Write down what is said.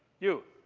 you.